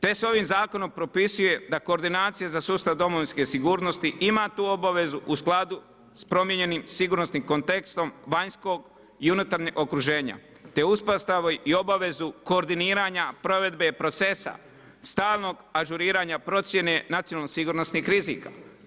Te se ovim zakonom propisuje da koordinacija za sustav domovinske sigurnosti ima tu obavezu u skladu sa promijenjenim sigurnosnim kontekstom, vanjskom i unutarnjeg okuženja, te uspostavu i obavezu koordiniranju provedbe procesa, stalnog ažuriranja procjene nacionalnog sigurnosnog rizika.